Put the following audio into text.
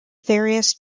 various